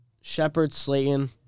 Shepard-Slayton